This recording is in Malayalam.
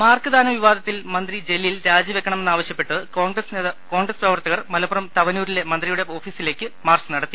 മാർക്ക് ദാന വിവാദത്തിൽ മന്ത്രി ജലീൽ രാജിവെക്കണമെന്നാവ ശ്യപ്പെട്ട് കോൺഗ്രസ് പ്രവർത്തകർ മലപ്പുറം തവനൂരിലെ മന്ത്രി യുടെ ഓഫീസിലേക്ക് മാർച്ച് നടത്തി